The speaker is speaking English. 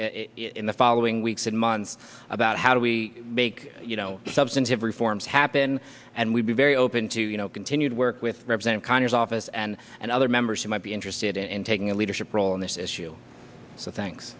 in the following weeks and months about how do we make you know substantive reforms happen and we be very open to you know continue to work with represent conner's office and and other members who might be interested in taking a leadership role in this issue so thanks